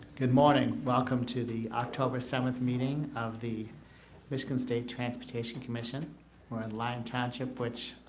good morning welcome to the october seventeenth, meeting of the michigan state transportation commission we're in lyon township, which